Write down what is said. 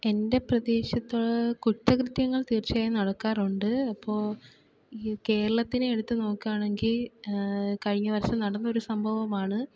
എൻ്റെ പ്രദേശത്ത് കുറ്റകൃത്യങ്ങൾ തീർച്ചയായും നടക്കാറുണ്ട് അപ്പോൾ ഈ കേരളത്തിനെ എടുത്ത് നോക്കുകയാണെങ്കിൽ കഴിഞ്ഞ വർഷം നടന്ന ഒരു സംഭവമാണ്